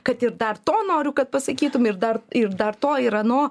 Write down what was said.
kad ir dar to noriu kad pasakytum ir dar ir dar to ir ano